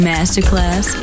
Masterclass